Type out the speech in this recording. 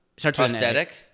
Prosthetic